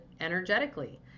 energetically